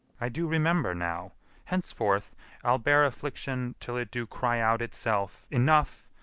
i do remember now henceforth i'll bear affliction till it do cry out itself, enough,